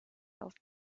auf